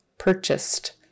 Purchased